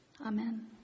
Amen